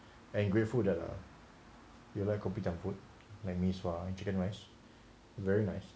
and grateful that err you like kopitiam food like mee sua chicken rice very nice